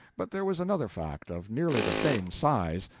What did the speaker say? but there was another fact of nearly the same size,